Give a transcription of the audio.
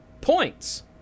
points